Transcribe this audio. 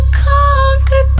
conquer